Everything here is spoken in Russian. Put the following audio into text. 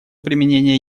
применения